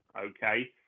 okay